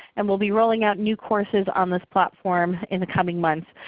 and we'll be rolling out new courses on this platform in the coming months.